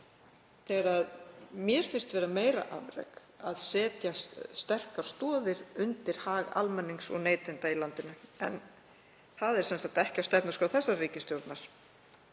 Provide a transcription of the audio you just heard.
afrek. Mér finnst vera meira afrek að setja sterkar stoðir undir hag almennings og neytenda í landinu, en það er sem sagt ekki á stefnuskrá þessarar ríkisstjórnar.